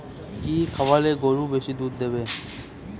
কি খাওয়ালে গরু বেশি দুধ দেবে?